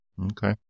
Okay